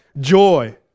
joy